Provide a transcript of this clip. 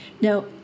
Now